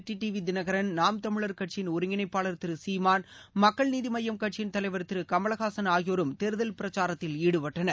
TTV Dhinakaran Naam Tamilar கட்சியின் ஒருங்கிணப்பாளர் திரு சீமான் மக்கள் நீதி மய்யம் கட்சியின் தலைவர் திரு கமலஹாசன் ஆகியோர் தேர்தல் பிரச்சாரத்தில் ஈடுபட்டனர்